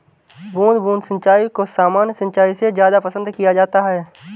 बूंद बूंद सिंचाई को सामान्य सिंचाई से ज़्यादा पसंद किया जाता है